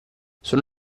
sono